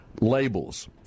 labels